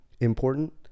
important